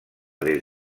des